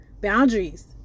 boundaries